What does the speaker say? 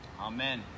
amen